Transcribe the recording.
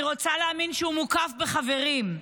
אני רוצה להאמין שהוא מוקף בחברים.